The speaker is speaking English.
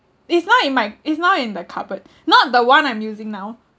it's not in my it's not in the cupboard not the one I'm using now